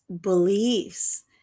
beliefs